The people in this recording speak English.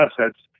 assets